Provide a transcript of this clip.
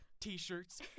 T-shirts